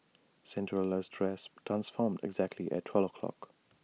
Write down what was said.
Cinderella's dress transformed exactly at twelve o'clock